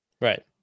Right